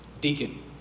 deacon